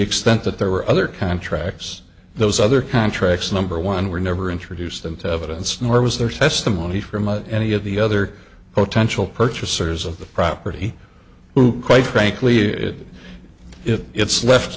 extent that there were other contracts those other contracts number one were never introduced into evidence nor was there testimony from any of the other potential purchasers of the property who quite frankly it it it's left